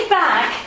back